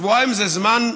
שבועיים זה זמן,